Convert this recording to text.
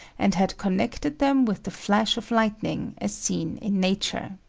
and had connected them with the flash of lightning as seen in nature.